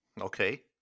Okay